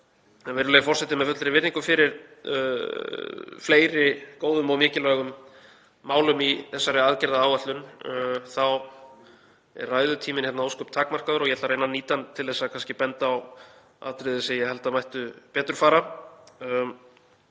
Virðulegi forseti. Með fullri virðingu fyrir fleiri góðum og mikilvægum málum í þessari aðgerðaáætlun þá er ræðutíminn hérna ósköp takmarkaður og ég ætla að reyna að nýta hann til að benda á atriði sem ég held að mættu betur fara.